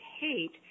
hate